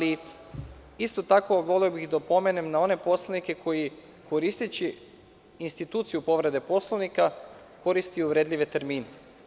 Isto tako, voleo bih da opomenem na one poslanike koji koristeći instituciju povrede Poslovnika, koriste uvredljive termine.